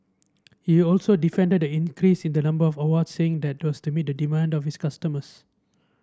he also defended the increase in the number of awards saying that was to meet the demand of his customers